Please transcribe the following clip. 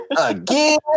again